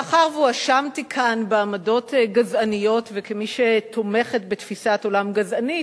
מאחר שהואשמתי כאן בעמדות גזעניות וכמי שתומכת בתפיסת עולם גזענית,